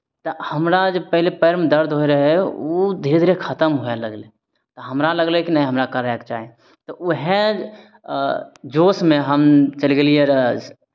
तऽ हमरा जे पहिले पैरमे दर्द होइ रहय धीरे धीरे खतम हुए लगलै हमरा लगलै कि नहि हमरा करयके चाही तऽ उएह जोशमे हम चलि गेलियै रहए